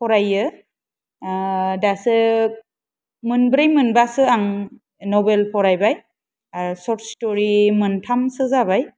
फरायो दासो मोनब्रै मोनबासो आं नभेल फरायबाय आरो शर्ट स्टरि मोनथामसो जाबाय